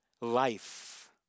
life